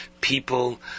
people